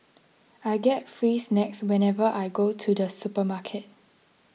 I get free snacks whenever I go to the supermarket